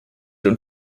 und